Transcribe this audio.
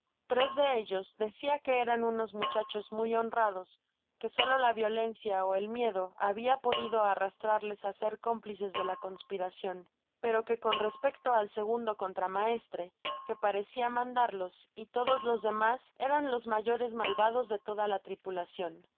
tros de ellos decia que eran unos muchachos muy honrados que solo la violencia ó el miedo habia podido arrastrarles á ser cómplices de la conspiracion pero que con respecto al segundo contramaestre que parecia mandarlos y todos los demas eran los mayores malvados de toda la tripulacion